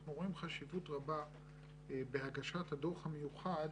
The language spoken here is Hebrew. אנחנו רואים חשיבות רבה בהגשת הדוח המיוחד